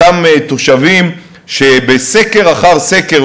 אותם תושבים שבסקר אחר סקר,